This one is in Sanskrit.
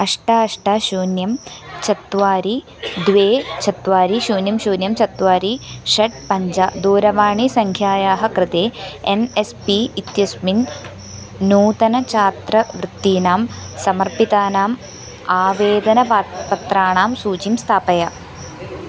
अष्ट अष्ट शून्यं चत्वारि द्वे चत्वारि शून्यं शून्यं चत्वारि षट् पञ्ज दूरवाणीसङ्ख्यायाः कृते एन् एस् पी इत्यस्मिन् नूतनछात्रवृत्तीनां समर्पितानाम् आवेदनपत्रं पत्राणां सूचीं स्थापय